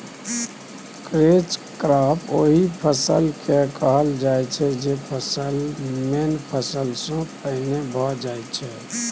catch crop ओहि फसल केँ कहल जाइ छै जे फसल मेन फसल सँ पहिने भए जाइ छै